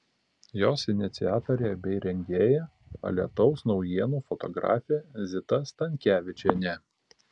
jos iniciatorė bei rengėja alytaus naujienų fotografė zita stankevičienė